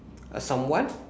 someone